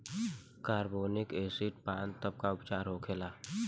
Carbolic acid पान तब का उपचार होखेला?